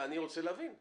רוצה להבין.